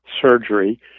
surgery